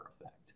effect